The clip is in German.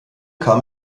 kam